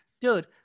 dude